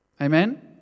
Amen